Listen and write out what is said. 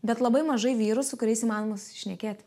bet labai mažai vyrų su kuriais įmanoma susišnekėt